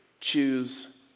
Choose